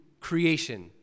creation